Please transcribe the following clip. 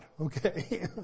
Okay